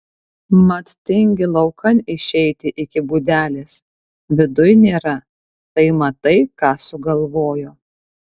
mat tingi laukan išeiti iki būdelės viduj nėra tai matai ką sugalvojo